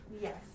Yes